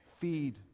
Feed